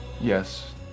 yes